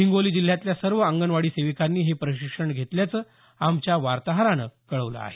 हिंगोली जिल्ह्यातल्या सर्व अंगणवाडी सेविकांनी हे प्रशिक्षण घेतल्याचं आमच्या वार्ताहरानं कळवलं आहे